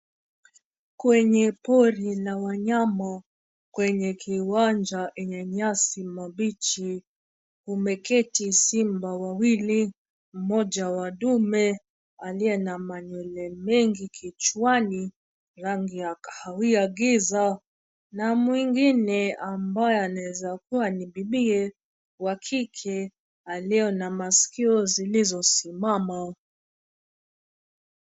Kwenye pori la wanyama, kwenye kiwanja yenye nyasi mabichi, umeketi simba wawili. Mmoja wa dume, aliye na manywele mengi kichwani, rangi ya kahawia-giza, na mwingine ambaye anaweza kuwa ni bibiye, wa kike, aliye na maskio zilizosimama.